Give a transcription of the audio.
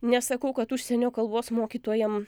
nesakau kad užsienio kalbos mokytojam